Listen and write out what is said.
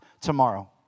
tomorrow